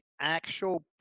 actual